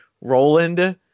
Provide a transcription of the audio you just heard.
Roland